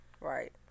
right